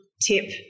tip